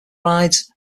rides